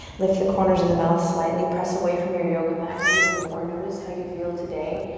lift the corners of the mouth slightly, press away from your yoga mat even more. notice how you feel today.